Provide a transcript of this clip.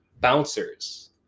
bouncers